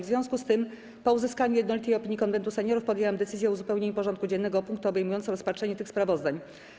W związku z tym, po uzyskaniu jednolitej opinii Konwentu Seniorów, podjęłam decyzję o uzupełnieniu porządku dziennego o punkty obejmujące rozpatrzenie tych sprawozdań.